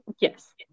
Yes